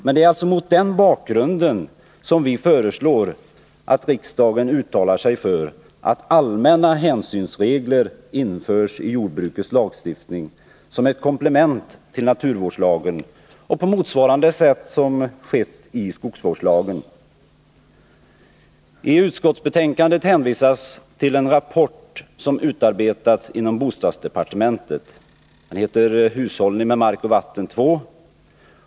Men det är mot den bakgrunden som vi föreslår att riksdagen uttalar sig för att allmänna hänsynsregler införs i jordbrukets lagstiftning som ett komplement till naturvårdslagen, och på samma sätt som skett i skogsvårdslagen. I utskottsbetänkandet hänvisas till en rapport som utarbetats inom bostadsdepartementet, Hushållning med mark och vatten 2.